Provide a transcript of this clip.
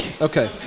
Okay